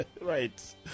Right